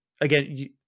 again